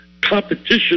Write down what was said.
competition